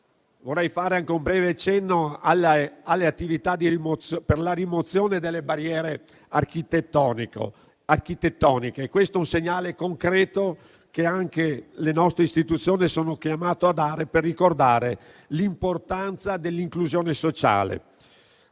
Vorrei fare anche un breve cenno alle attività di rimozione delle barriere architettoniche, un segnale concreto che anche le nostre istituzioni sono chiamate a dare per ricordare l'importanza dell'inclusione sociale.